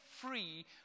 free